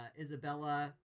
Isabella